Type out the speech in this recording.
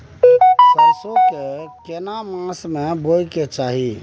सरसो के केना मास में बोय के चाही?